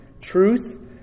truth